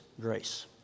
grace